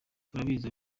turabizi